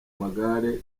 magare